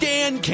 Dan